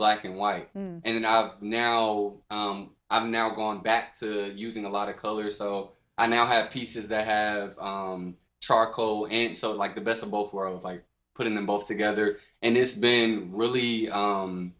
black and white and i've now i'm now gone back to using a lot of color so i now have pieces that have charcoal and so i like the best of both worlds like putting them both together and it's been really